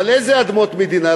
אבל איזה אדמות מדינה?